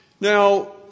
Now